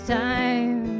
time